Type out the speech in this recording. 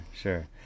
sure